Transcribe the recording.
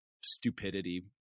stupidity